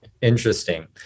Interesting